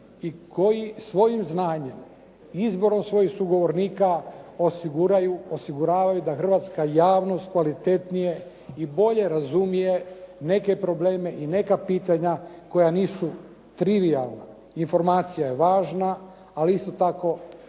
i koji svojim znanjem i izborom svojih sugovornika osiguravaju da hrvatska javnost kvalitetnije i bolje razumije neke probleme i neka pitanja koja nisu trivijalne. Informacija je važna, ali isto tako